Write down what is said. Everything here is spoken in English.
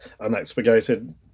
unexpurgated